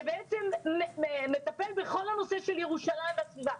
שבעצם מטפלים בכל הנושא של ירושלים והסביבה,